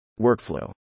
Workflow